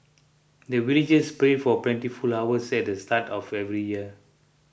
the villagers pray for plentiful harvest at the start of every year